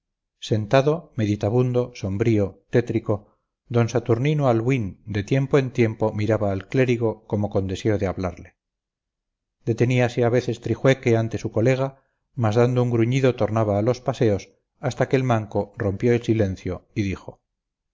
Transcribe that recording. sentado meditabundo sombrío tétrico d saturnino albuín de tiempo en tiempo miraba al clérigo como con deseo de hablarle deteníase a veces trijueque ante su colega mas dando un gruñido tornaba a los paseos hasta que el manco rompió el silencio y dijo